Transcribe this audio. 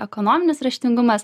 ekonominis raštingumas